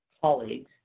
colleagues